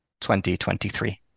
2023